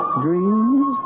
dreams